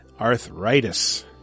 Arthritis